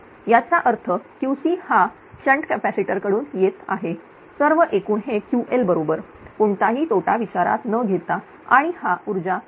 याचा अर्थ QC हा शँट कॅपॅसिटर कडून येत आहे सर्व एकूण हे Ql बरोबर कोणताही तोटा विचारात न घेता आणि हा ऊर्जा त्रिकोण